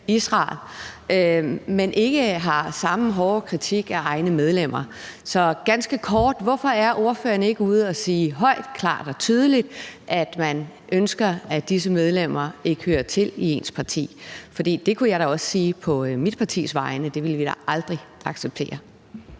Israel, men ikke har samme hårde kritik af egne medlemmer. Så ganske kort: Hvorfor er ordføreren ikke ude at sige højt, klart og tydeligt, at man ønsker, at disse medlemmer ikke hører til i ens parti? For jeg kunne da også sige på mit partis vegne, at det ville vi da aldrig acceptere.